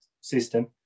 system